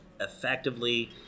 effectively